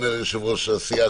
אומר יושב-ראש הסיעה